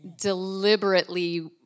deliberately